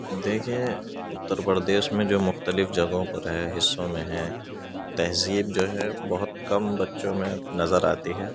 دیکھیں اُترپردیش میں جو مختلف جگہوں پر ہے حصّوں میں ہیں تہذیب جو ہے بہت کم بچوں میں نظر آتی ہے